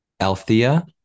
Althea